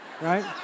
right